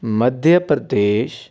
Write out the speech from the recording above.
Madhya Pradesh